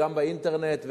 גם באינטרנט,